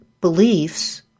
beliefs